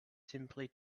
simply